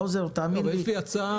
אבל יש לי הצעה.